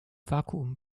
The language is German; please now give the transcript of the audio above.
vakuum